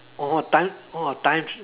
oh time oh time tra~